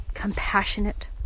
Compassionate